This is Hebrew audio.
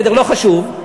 לא חשוב,